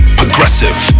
progressive